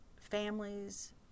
families